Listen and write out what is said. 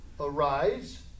Arise